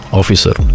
officer